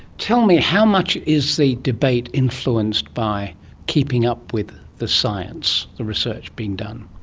tell me, how much is the debate influenced by keeping up with the science, the research being done?